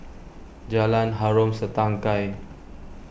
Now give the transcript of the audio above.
Jalan Harom Setangkai